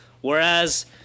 Whereas